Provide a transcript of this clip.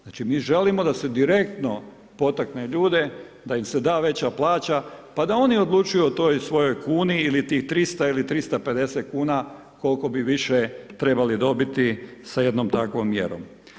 Znači mi želimo da se direktno potakne ljude, da im se da veće plaća pa da oni odlučuju o toj svojoj kuni ili tih 300 ili 350 kuna koliko bi više trebali dobiti sa jednom takvom mjerom.